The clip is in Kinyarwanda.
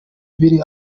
biri